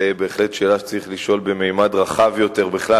זו בהחלט שאלה שצריך לשאול בממד רחב יותר בכלל,